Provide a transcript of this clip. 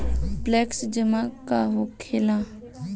Flexi जमा का होखेला?